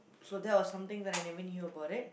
so that was something that I never knew about it